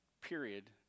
period